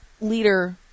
leader